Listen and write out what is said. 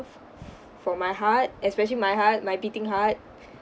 f~ f~ for my heart especially my heart my beating heart